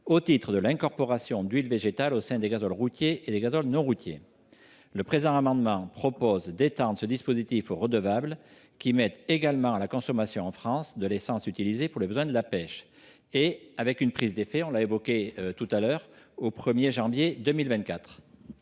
au titre de l’incorporation d’huiles végétales au sein des gazoles routiers ou du gazole non routier. Cet amendement prévoit d’étendre ce dispositif aux redevables qui mettent également à la consommation en France de l’essence utilisée pour les besoins de la pêche, avec une prise d’effet au 1 janvier 2024.